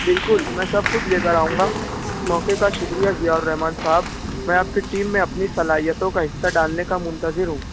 بالکل میں سب کچھ لے کر آؤں گا اس موقعے کا شکریہ ضیاء الرحمان صاحب میں آپ کی ٹیم میں اپنی صلاحیتوں کا حصہ ڈالنے کا منتظر ہوں